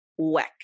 Weck